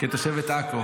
כתושבת עכו.